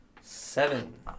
Seven